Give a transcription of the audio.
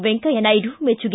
ವೆಂಕಯ್ಯ ನಾಯ್ದು ಮೆಚ್ಚುಗೆ